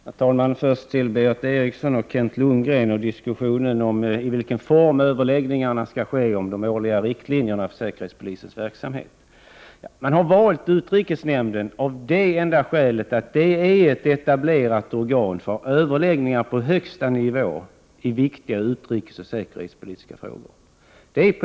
Herr talman! Först till Berith Eriksson och Kent Lundgren och diskussionen om i vilken form överläggningarna skall ske om de årliga riktlinjerna för säkerhetspolisens verksamhet. Man har valt utrikesnämnden av det enda skälet att utrikesnämnden är ett etablerat organ för överläggningar på högsta nivå i viktiga utrikesoch säkerhetspolitiska frågor.